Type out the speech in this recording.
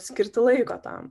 skirti laiko tam